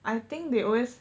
I think they always